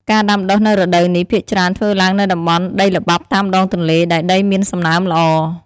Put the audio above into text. ការដាំដុះនៅរដូវនេះភាគច្រើនធ្វើឡើងនៅតំបន់ដីល្បាប់តាមដងទន្លេ ដែលដីមានសំណើមល្អ។